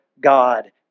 God